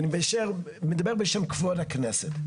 אני מדבר בשם כבוד הכנסת,